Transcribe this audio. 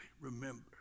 remember